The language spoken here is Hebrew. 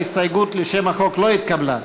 ההסתייגות לשם החוק לא התקבלה.